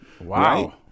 Wow